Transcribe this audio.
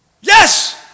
Yes